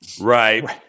right